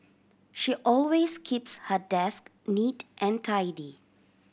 she always keeps her desk neat and tidy